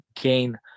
gain